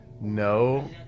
No